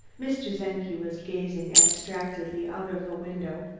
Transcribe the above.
mr. czenki was gazing abstractedly out of a window,